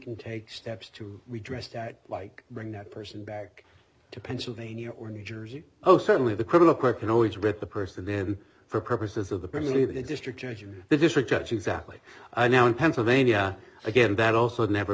can take steps to be dressed like bring that person back to pennsylvania or new jersey oh certainly the criminal court can always rip the person then for purposes of the primary the district judge or the district judge exactly now in pennsylvania again that also never